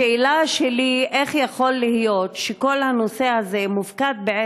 השאלה שלי היא איך יכול להיות שכל פעם כשאנחנו